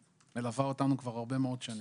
שמלווה אותנו כבר הרבה מאוד שנים.